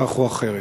כך או אחרת.